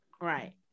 right